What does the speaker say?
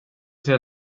säga